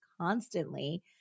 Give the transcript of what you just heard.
constantly